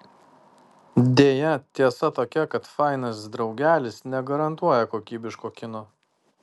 deja tiesa tokia kad fainas draugelis negarantuoja kokybiško kino